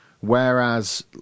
whereas